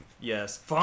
Yes